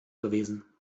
gewesen